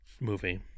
movie